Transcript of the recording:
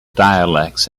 dialects